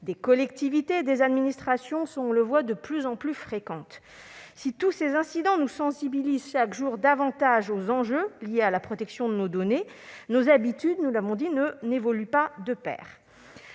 des collectivités ou des administrations sont de plus en plus fréquents. Si tous ces incidents nous sensibilisent chaque jour davantage aux enjeux liés à la protection de nos données, nos habitudes n'évoluent pas de pair.